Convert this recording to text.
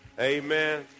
Amen